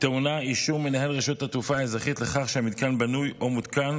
טעונה אישור מנהל רשות התעופה האזרחית לכך שהמתקן בנוי או מותקן,